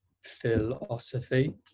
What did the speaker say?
philosophy